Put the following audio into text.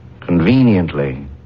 Conveniently